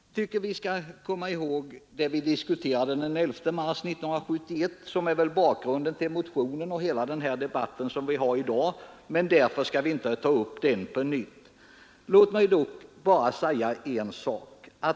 Jag tycker vi skall komma ihåg vad vi diskuterade den 11 mars 1971, nämligen lagen om förnyad giltighet för vissa kollektivavtal. Det är väl det som är bakgrunden till den motion det här gäller och den debatt vi för i dag. Men den frågan skall vi inte ta upp på nytt. Låt mig bara säga en sak.